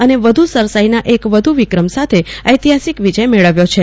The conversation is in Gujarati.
અને વધુ સરસાઈના એક વધુ વિક્રમ સાથે ઐતિહાસિક વિજય મેળવ્યો હતો